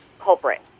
culprit